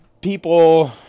People